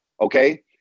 okay